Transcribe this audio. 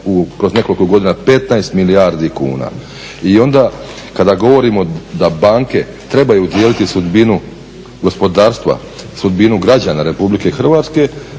kroz nekoliko godina 15 milijardi kuna. I onda kada govorimo da banke trebaju dijeliti sudbinu gospodarstva, sudbinu građana RH onda ipak